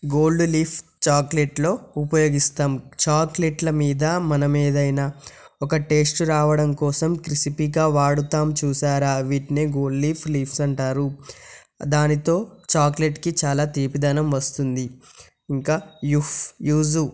gold leaf చాక్లెట్లు ఉపయోగిస్తాం చాక్లెట్ల మీద మన మీదైన ఒక టెస్ట్ రావడం కోసం క్రిస్పీగా వాడుతాం చూశారా వీటిని గోల్డ్ లీఫ్ లీవ్స్ అంటారు దానితో చాక్లెట్కి చాలా తీపిదనం వస్తుంది ఇంకా యూఫ్